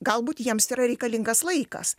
galbūt jiems yra reikalingas laikas